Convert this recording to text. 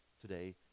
today